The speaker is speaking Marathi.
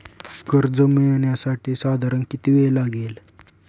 कर्ज मिळविण्यासाठी साधारण किती वेळ लागेल?